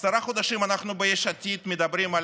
עשרה חודשים אנחנו ביש עתיד מדברים על